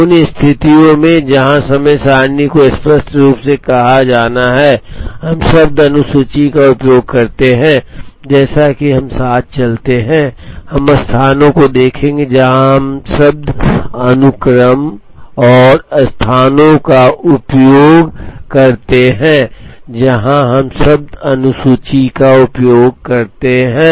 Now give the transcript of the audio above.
उन स्थितियों में जहां समय सारणी को स्पष्ट रूप से कहा जाना है हम शब्द अनुसूची का उपयोग करते हैं जैसा कि हम साथ चलते हैं हम स्थानों को देखेंगे जहां हम शब्द अनुक्रम और स्थानों का उपयोग करते हैं जहां हम शब्द अनुसूची का उपयोग करते हैं